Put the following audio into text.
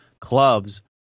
clubs